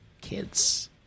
kids